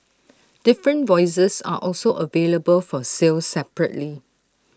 different voices are also available for sale separately